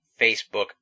Facebook